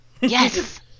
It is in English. Yes